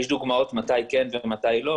יש דוגמאות מתי כן ומתי לא,